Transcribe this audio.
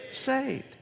saved